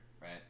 right